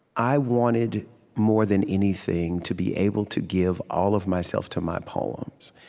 i wanted more than anything to be able to give all of myself to my poems.